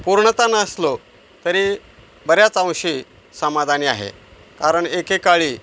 पूर्णतः नसलो तरी बऱ्याच अंशी समाधानी आहे कारण एकेकाळी